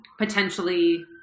potentially